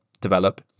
develop